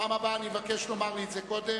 בפעם הבאה אני מבקש לומר לי את זה קודם,